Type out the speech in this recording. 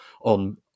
on